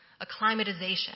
acclimatization